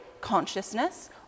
consciousness